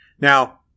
Now